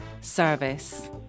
service